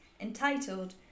entitled